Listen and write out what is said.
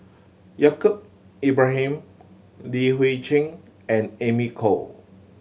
Yaacob Ibrahim Li Hui Cheng and Amy Khor